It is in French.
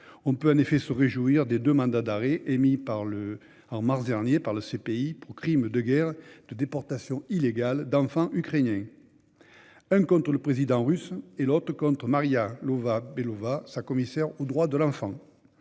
On peut en effet se réjouir des deux mandats d'arrêt émis en mars dernier par la CPI pour le crime de guerre de déportation illégale d'enfants ukrainiens : l'un contre le président russe ; l'autre contre Maria Lvova-Belova, sa commissaire aux droits de l'enfant.